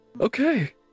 Okay